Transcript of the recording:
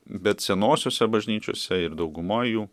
bet senosiose bažnyčiose ir daugumoj jų